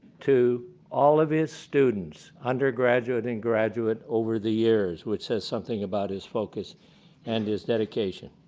to all of his students, undergraduate and graduate, over the years. which says something about his focus and his dedication.